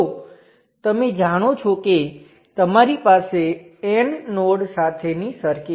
હવે માત્ર એક જ શરત છે કે તે માટે તમારી પાસે એવો વોલ્ટેજનો સ્ત્રોત હોવો જોઈએ જે પાવર આપી શકતો હોય